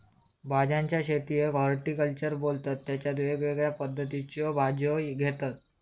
भाज्यांच्या शेतीयेक हॉर्टिकल्चर बोलतत तेच्यात वेगवेगळ्या पद्धतीच्यो भाज्यो घेतत